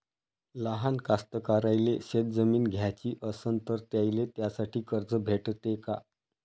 लहान कास्तकाराइले शेतजमीन घ्याची असन तर त्याईले त्यासाठी कर्ज भेटते का?